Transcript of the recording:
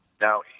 Now